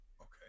Okay